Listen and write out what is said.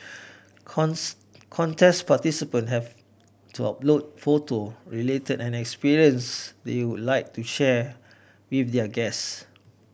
contests participants have to upload photo related an experience they would like to share with their guest